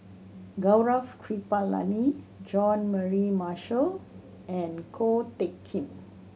Gaurav Kripalani Jean Mary Marshall and Ko Teck Kin